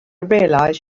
realize